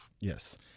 Yes